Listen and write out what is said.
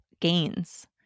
gains